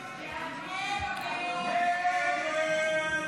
להעביר לוועדה את